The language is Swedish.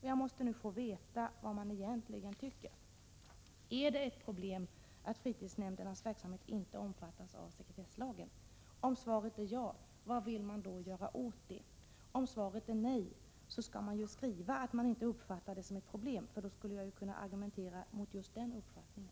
Jag måste nu få veta vad man egentligen tycker: Är det ett problem att fritidsnämndernas verksamhet inte omfattas av sekretesslagen? Om svaret är ja, vad vill man då göra åt det? Om svaret är nej, skall man skriva att man inte uppfattar förhållandet som ett problem, och i så fall skulle jag kunna argumentera mot just den uppfattningen.